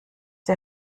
die